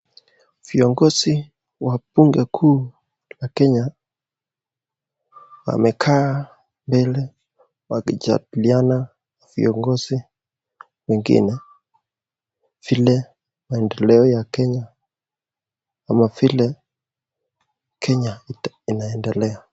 Viongozi wa bunge kuu la Kenya wamekaa mbele wakijadiliana na viongozi vile maendeleo ya Kenya ama vile Kenya inaendelea.